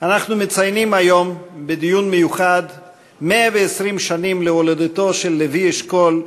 אנחנו מציינים היום בדיון מיוחד 120 שנים להולדתו של לוי אשכול,